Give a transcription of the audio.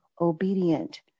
obedient